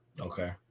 Okay